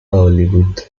hollywood